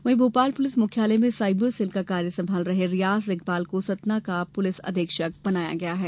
वहीं भोपाल पुलिस मुख्यालय में साइबर सेल का कार्य संभाल रहे रियाज इकबाल को सतना का पुलिस अधीक्षक बनाया गया है